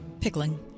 Pickling